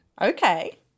Okay